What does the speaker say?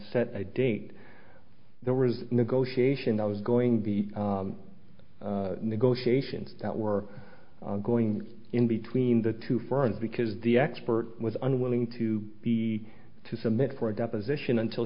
set a date there was negotiation i was going to be negotiations that were going in between the two firms because the expert was unwilling to be to submit for a deposition until